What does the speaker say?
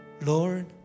Lord